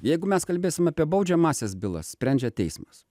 jeigu mes kalbėsim apie baudžiamąsias bylas sprendžia teismas